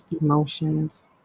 emotions